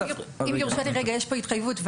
אז אם יורשה לי רגע, יש פה התחייבות.